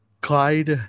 Clyde